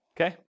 Okay